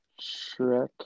Shrek